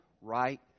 right